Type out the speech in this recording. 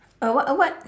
a what a what